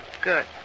Good